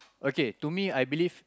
okay to me I believe